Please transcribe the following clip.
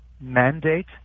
mandate